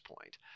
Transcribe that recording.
point